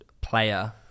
player